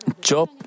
Job